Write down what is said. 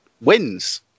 wins